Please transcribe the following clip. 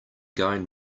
going